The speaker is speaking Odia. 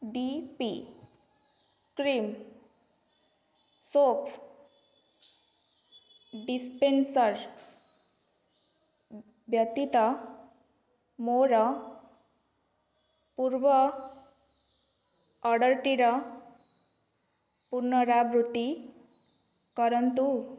D P cream soap dispenser ବ୍ୟତୀତ ମୋର ପୂର୍ବ ଅର୍ଡ଼ର୍ଟିର ପୁନରାବୃତ୍ତି କରନ୍ତୁ